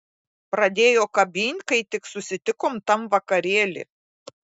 pradėjo kabint kai tik susitikom tam vakarėly